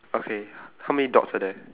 okay h~ how many dots are there